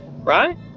right